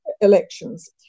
elections